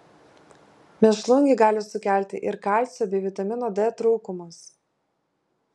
mėšlungį gali sukelti ir kalcio bei vitamino d trūkumas